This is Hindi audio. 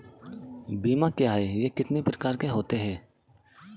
बीमा क्या है यह कितने प्रकार के होते हैं?